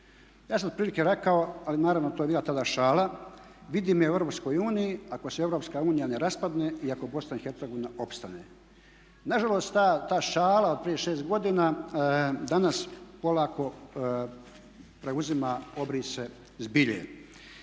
Ja sam otprilike rekao ali naravno to je bila tada šala, vidim je u Europskoj uniji ako se Europska unija ne raspadne i ako Bosna i Hercegovina opstane. Nažalost ta šala od prije 6 godina danas polako preuzima obrise zbilje.